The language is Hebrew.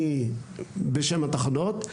אני בשם התחנות,